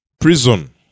prison